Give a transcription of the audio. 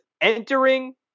entering